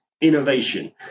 innovation